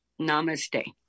namaste